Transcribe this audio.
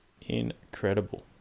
incredible